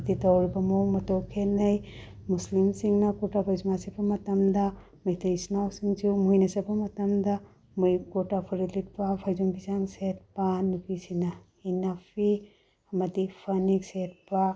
ꯍꯥꯏꯕꯗꯤ ꯇꯧꯔꯤꯕ ꯃꯑꯣꯡ ꯃꯇꯧ ꯈꯦꯠꯅꯩ ꯃꯨꯁꯂꯤꯝꯁꯤꯡꯅ ꯀꯨꯔꯇꯥ ꯄꯥꯎꯃꯅꯥ ꯁꯦꯠꯄ ꯃꯇꯃꯗ ꯃꯩꯇꯩ ꯏꯆꯤꯟꯅꯥꯎꯁꯤꯡꯁꯨ ꯃꯣꯏꯅ ꯆꯠꯄ ꯃꯇꯝꯗ ꯃꯣꯏ ꯀꯣꯔꯇꯥ ꯐꯨꯔꯤꯠ ꯂꯤꯠꯄ ꯐꯩꯖꯣꯝ ꯐꯤꯖꯥꯡ ꯁꯦꯠꯄ ꯅꯨꯄꯤꯁꯤꯡꯅ ꯏꯅꯐꯤ ꯑꯃꯗꯤ ꯐꯅꯦꯛ ꯁꯦꯠꯄ